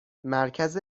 مرکز